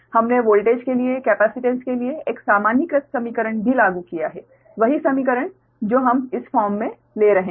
हमने वोल्टेज के लिए कैपेसिटेंस के लिए एक सामान्यीकृत समीकरण भी लागू किया है वही समीकरण जो हम इस फॉर्म में ले रहे हैं